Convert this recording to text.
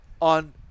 on